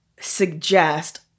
suggest